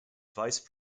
vice